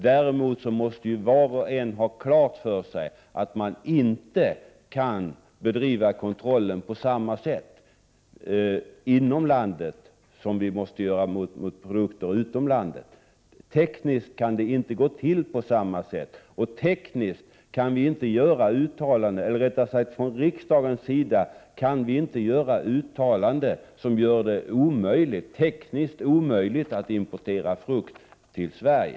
Däremot måste var och en ha klart för sig att man inte kan bedriva kontrollen av produkter framställda utanför landets gränser på samma sätt som kontrollen av produkter framställda inom landet. Kontrollen kan tekniskt sett inte gå till på samma sätt. Riksdagen kan inte göra uttalanden som leder till att det blir tekniskt omöjligt att importera frukt till Sverige.